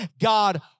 God